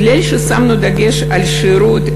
מכיוון ששמנו דגש על שירות,